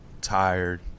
tired